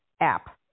App